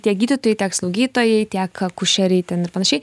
tiek gydytojai tiek slaugytojai tiek akušeriai ten ir panašiai